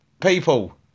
people